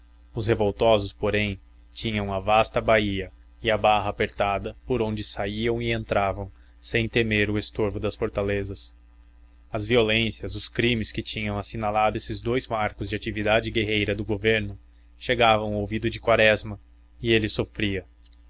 os revoltosos porém tinham a vasta baía e a barra apertada por onde saíam e entravam sem temer o estorvo das fortalezas as violências os crimes que tinham assinalado esses dous marcos de atividade guerreira do governo chegavam ao ouvido de quaresma e ele sofria